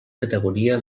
categoria